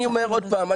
אני אומר עוד פעם,